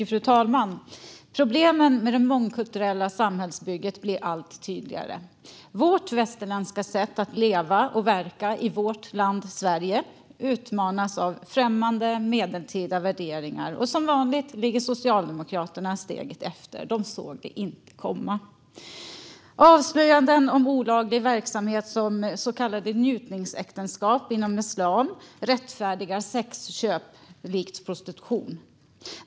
Fru talman! Problemen med det mångkulturella samhällsbygget blir allt tydligare. Vårt västerländska sätt att leva och verka i vårt land, Sverige, utmanas av främmande medeltida värderingar. Som vanligt ligger Socialdemokraterna steget efter. De såg det inte komma. Avslöjanden om olaglig verksamhet, som så kallade njutningsäktenskap inom islam, rättfärdigar sexköp likt prostitution.